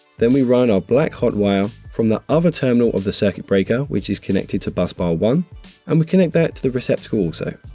then we run our black hot wire from the other terminal of the circuit breaker which is connected to bus bar one and we connect that to the receptacle also.